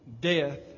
death